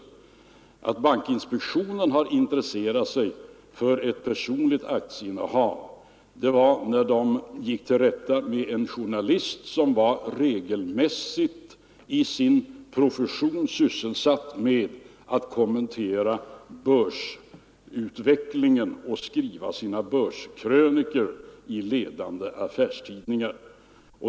Om offentlig Bankinspektionen intresserade sig för ett personligt aktieinnehav när registrering av man ville föra till rätta en journalist som i sin profession var regelmässigt statsråds och högre sysselsatt med att kommentera börsutvecklingen och skriva sina börsdepartementstjän — krönikor i ledande affärstidningar.